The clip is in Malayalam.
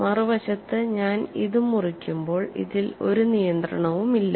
മറുവശത്ത് ഞാൻ ഇത് മുറിക്കുമ്പോൾ ഇതിൽ ഒരു നിയന്ത്രണവുമില്ല